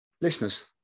listeners